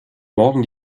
morgen